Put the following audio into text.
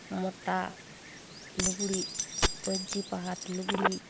ᱢᱚᱴᱟ ᱞᱩᱜᱽᱲᱤᱡ ᱯᱟᱸᱧᱪᱤ ᱯᱟᱲᱦᱟᱴ ᱞᱩᱜᱽᱲᱤᱡ